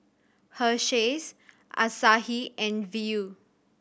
Hersheys Asahi and Viu